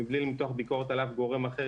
מבלי למתוח ביקורת על אף גורם אחר,